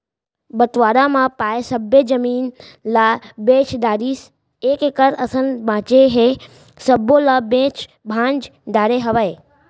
बंटवारा म पाए सब्बे जमीन ल बेच डारिस एक एकड़ असन बांचे हे सब्बो ल बेंच भांज डरे हवय